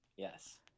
yes